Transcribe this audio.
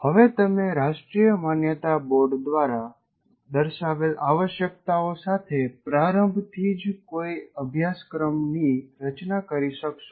હવે તમે રાષ્ટ્રીય માન્યતા બોર્ડ દ્વારા દર્શાવેલ આવશ્યકતાઓ સાથે પ્રારંભથી જ કોઈ અભ્યાસક્રમની રચના કરી શકશો